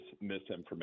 misinformation